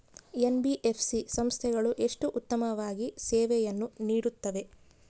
NBFC ಸಂಸ್ಥೆಗಳು ಎಷ್ಟು ಉತ್ತಮವಾಗಿ ಸೇವೆಯನ್ನು ನೇಡುತ್ತವೆ?